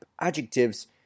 adjectives